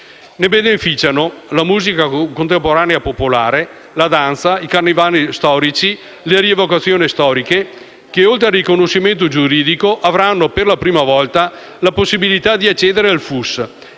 Ne beneficiano la musica contemporanea popolare, la danza, i carnevali storici e le rievocazioni storiche che, oltre al riconoscimento giuridico, avranno per la prima volta la possibilità di accedere al FUS,